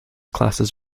classes